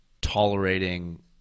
tolerating